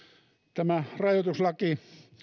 tämä rajoituslaki